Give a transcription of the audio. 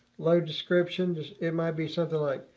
load descriptions. it might be something like,